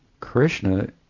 Krishna